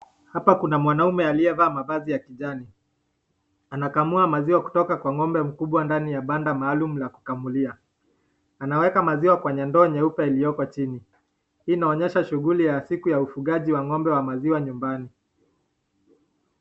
Hapa kuna mwanaume aliyevaa mavazi kijani, anakamua maziwa kutoka kwa ng'ombe mkubwa ndani ya panda maalum ya kukamulia. Anaweka maziwa kwenye ndoo nyeupe iliyoko chini. Hii inaonyesha shuguli ya siku ya ufugaji ya ng'ombe wa maziwa nyumbani.